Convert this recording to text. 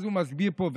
אז הוא מסביר פה,